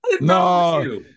No